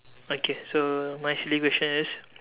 okay so my silly question is